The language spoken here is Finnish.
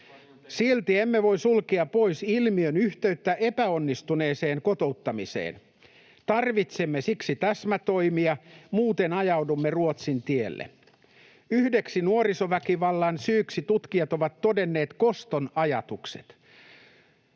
Silti emme voi sulkea pois ilmiön yhteyttä epäonnistuneeseen kotouttamiseen. Tarvitsemme siksi täsmätoimia, muuten ajaudumme Ruotsin tielle. Yhdeksi nuorisoväkivallan syyksi tutkijat ovat todenneet koston ajatukset.